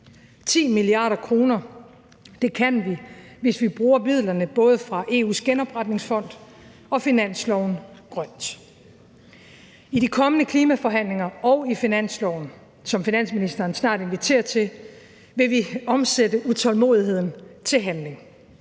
10 mia. kr. Det kan vi, hvis vi både bruger midlerne fra EU's genopretningsfond og finansloven grønt. Kl. 12:50 I de kommende klimaforhandlinger og i finansloven, som finansministeren snart inviterer til, vil vi omsætte utålmodigheden til handling.